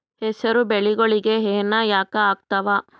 ಹೆಸರು ಬೆಳಿಗೋಳಿಗಿ ಹೆನ ಯಾಕ ಆಗ್ತಾವ?